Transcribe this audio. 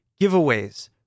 giveaways